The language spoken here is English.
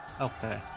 okay